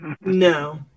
No